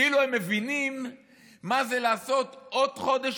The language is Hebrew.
כאילו הם מבינים מה זה לעשות עוד חודש